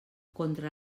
contra